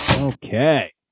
Okay